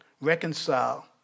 reconcile